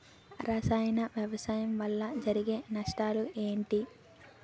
రసాయన వ్యవసాయం వల్ల జరిగే నష్టాలు ఏంటి?